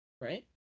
right